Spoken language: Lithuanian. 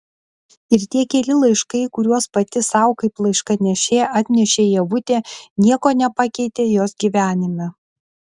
ir tie keli laiškai kuriuos pati sau kaip laiškanešė atnešė ievutė nieko nepakeitė jos gyvenime